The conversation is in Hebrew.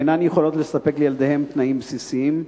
שאינן יכולות לספק לילדיהן תנאים בסיסיים.